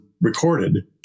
recorded